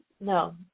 no